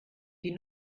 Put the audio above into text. die